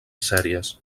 sèries